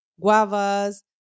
guavas